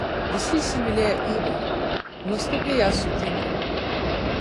visi įsimylėję ivą nuostabiai ją sutinka